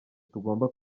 tugomba